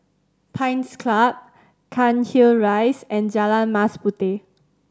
Pines Club Cairnhill Rise and Jalan Mas Puteh